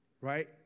right